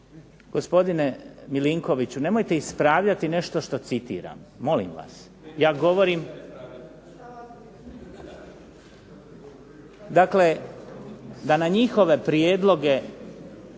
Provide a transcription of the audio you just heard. Gospodine Milinkoviću,, nemojte ispravljati nešto što citiram, molim vas. Ja govorim… …/Upadica se ne razumije./…